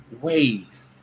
ways